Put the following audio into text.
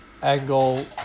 angle